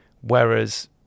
whereas